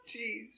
Jeez